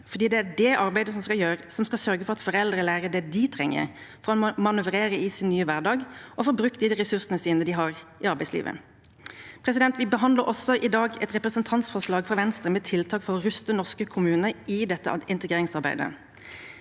det er det arbeidet som skal sørge for at foreldre lærer det de trenger for å manøvrere i sin nye hverdag og få brukt ressursene sine i arbeidslivet. Vi behandler i dag også et representantforslag fra Venstre med tiltak for å ruste norske kommuner i dette integreringsarbeidet.